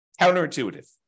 Counterintuitive